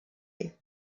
you